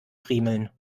friemeln